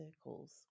circles